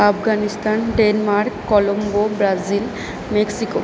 Afghanistan Denmark Colombo Brazil Mexico